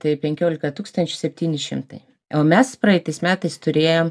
tai penkiolika tūkstančių septyni šimtai o mes praeitais metais turėjom